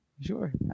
Sure